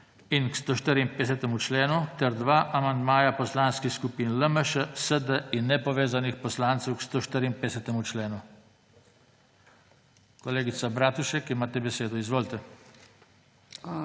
in k 154. členu ter dva amandmaja poslanskih skupin LMŠ, SD in Nepovezanih poslancev k 154. členu. Kolegica Bratušek, imate besedo. Izvolite.